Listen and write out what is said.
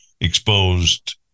exposed